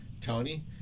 Tony